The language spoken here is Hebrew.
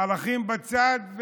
ערכים בצד,